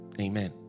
Amen